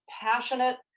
passionate